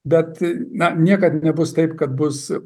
bet na niekad nebus taip kad bus